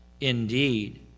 Indeed